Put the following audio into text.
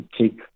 take